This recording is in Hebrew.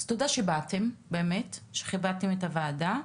אז תודה שבאתם, שכיבדתם את הוועדה.